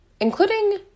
including